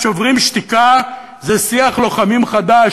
"שוברים שתיקה" זה "שיח לוחמים" חדש.